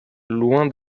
loin